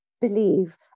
believe